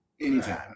anytime